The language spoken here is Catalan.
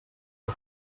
que